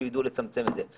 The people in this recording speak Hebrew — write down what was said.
בשביל שידעו לצמצם את זה.